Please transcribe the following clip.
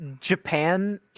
japan